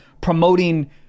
promoting